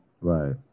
Right